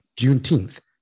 Juneteenth